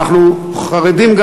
ואנחנו חרדים,